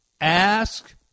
ask